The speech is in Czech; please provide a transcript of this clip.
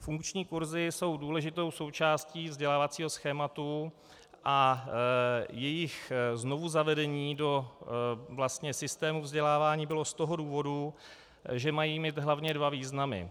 Funkční kurzy jsou důležitou součástí vzdělávacího schématu a jejich znovuzavedení do systému vzdělávání bylo z toho důvodu, že mají mít hlavně dva významy.